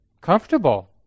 comfortable